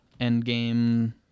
Endgame